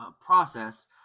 process